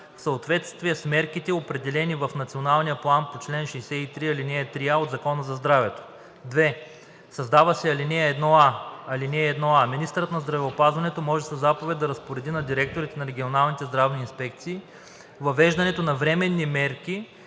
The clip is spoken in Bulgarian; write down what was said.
„в съответствие с мерките, определени в Националния план по чл. 63, ал. 3а от Закона за здравето“. 2. Създава се ал. 1а: „(1а) Министърът на здравеопазването може със заповед да разпореди на директорите на регионалните здравни инспекции въвеждането на временни мерки